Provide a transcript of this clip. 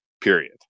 period